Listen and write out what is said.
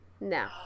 No